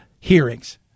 hearings